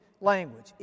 language